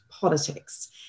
politics